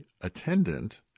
attendant